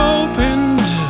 opened